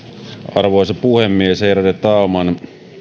arvoisa puhemies värderade talman